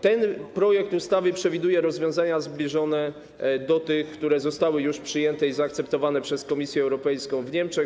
Ten projekt ustawy przewiduje rozwiązania zbliżone do tych, które zostały już przyjęte i zaakceptowane przez Komisję Europejską w Niemczech.